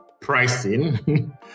pricing